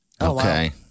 Okay